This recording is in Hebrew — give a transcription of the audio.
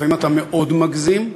לפעמים אתה מאוד מגזים,